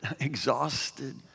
exhausted